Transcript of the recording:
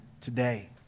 today